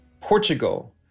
Portugal